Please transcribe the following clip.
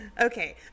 Okay